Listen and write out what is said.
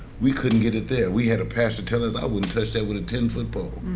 we couldn't get it there. we had a pastor tell us, i wouldn't touch that with a ten foot pole.